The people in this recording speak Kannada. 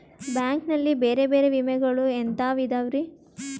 ಬ್ಯಾಂಕ್ ನಲ್ಲಿ ಬೇರೆ ಬೇರೆ ವಿಮೆಗಳು ಎಂತವ್ ಇದವ್ರಿ?